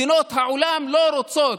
מדינות העולם לא רוצות,